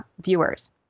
viewers